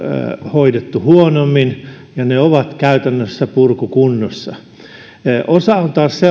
hoidettu huonommin ja ne ovat käytännössä purkukunnossa osa on taas sellaisia että ne on aikanaan